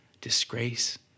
disgrace